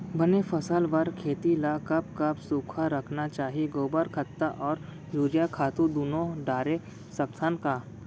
बने फसल बर खेती ल कब कब सूखा रखना चाही, गोबर खत्ता और यूरिया खातू दूनो डारे सकथन का?